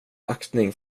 aktning